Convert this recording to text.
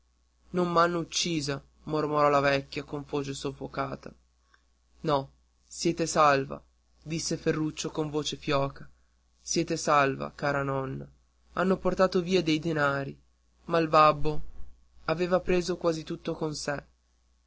non m'hanno uccisa mormorò la vecchia con voce soffocata no siete salva disse ferruccio con voce fioca siete salva cara nonna hanno portato via dei denari ma il babbo aveva preso quasi tutto con sé